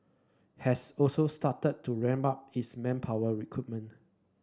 has also started to ramp up its manpower recruitment